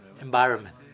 environment